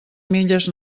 milles